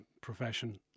profession